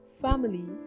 family